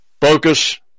focus